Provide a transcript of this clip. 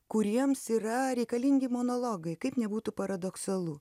kuriems yra reikalingi monologai kaip nebūtų paradoksalu